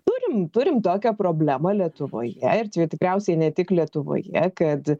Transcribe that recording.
turim turim tokią problemą lietuvoje ir čia jau tikriausiai ne tik lietuvoje kad